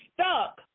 stuck